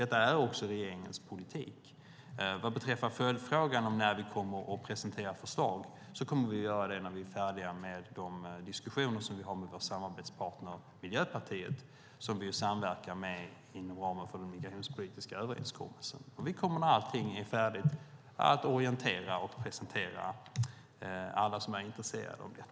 Detta är också regeringens politik. Vad beträffar följdfrågan när vi kommer att presentera förslag kommer vi att göra det när vi är färdiga med de diskussioner som vi har med vår samarbetspartner Miljöpartiet, som vi samverkar med inom ramen för den migrationspolitiska överenskommelsen. Vi kommer när allting är färdigt att presentera förslag och orientera alla som är intresserade av detta.